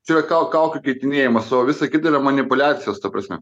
čia yra kau kaukių keitinėjimas o visa kita yra manipuliacijos ta prasme